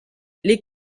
les